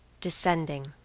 Descending